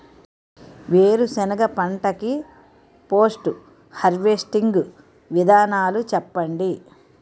వేరుసెనగ పంట కి పోస్ట్ హార్వెస్టింగ్ విధానాలు చెప్పండీ?